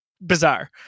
bizarre